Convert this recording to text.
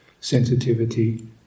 sensitivity